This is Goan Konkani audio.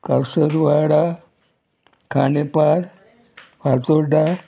कासरवाडा खांडेपार फातोड्डा